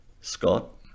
Scott